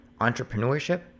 entrepreneurship